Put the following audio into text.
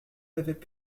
l’avaient